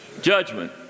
judgment